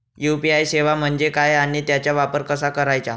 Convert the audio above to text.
UPI सेवा म्हणजे काय आणि त्याचा वापर कसा करायचा?